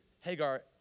Hagar